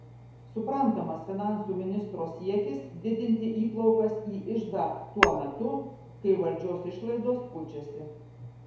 suprantamas finansų ministro siekis didinti įplaukas į iždą tuo metu kai valdžios išlaidos pučiasi